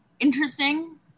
Interesting